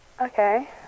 Okay